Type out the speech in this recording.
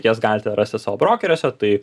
jas galite rasti savo brokeriuose tai